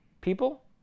people